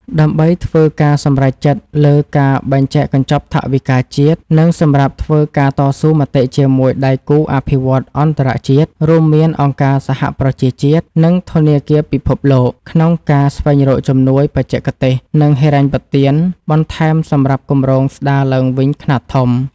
ដើម្បីធ្វើការសម្រេចចិត្តលើការបែងចែកកញ្ចប់ថវិកាជាតិ និងសម្រាប់ធ្វើការតស៊ូមតិជាមួយដៃគូអភិវឌ្ឍន៍អន្តរជាតិ រួមមានអង្គការសហប្រជាជាតិ និងធនាគារពិភពលោក ក្នុងការស្វែងរកជំនួយបច្ចេកទេស និងហិរញ្ញប្បទានបន្ថែមសម្រាប់គម្រោងស្តារឡើងវិញខ្នាតធំ។